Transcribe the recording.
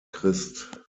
christ